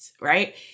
right